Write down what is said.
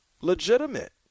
Legitimate